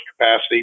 capacity